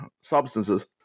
substances